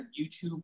YouTube